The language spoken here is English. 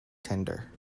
tender